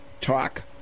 talk